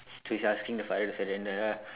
so he's asking the father to surrender lah